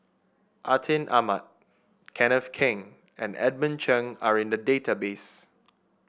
Atin Amat Kenneth Keng and Edmund Cheng are in the database